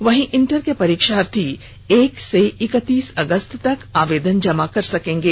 वहीं इंटर के परीक्षार्थी एक अगस्त से इकतीस अगस्त तक आवेदन जमा कर सकेंगे